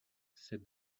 said